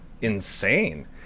insane